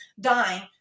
dying